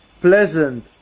pleasant